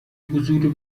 حضور